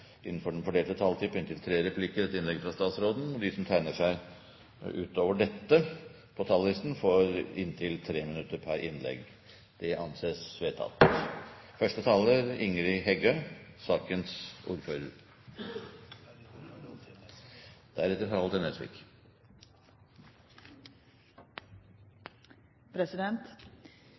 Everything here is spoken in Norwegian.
innenfor den fordelte taletid gis anledning til replikkordskifte på inntil tre replikker med svar etter innlegget fra statsråden. Videre blir det foreslått at de som måtte tegne seg på talerlisten utover den fordelte taletid, får en taletid på inntil 3 minutter. – Det anses vedtatt.